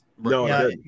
No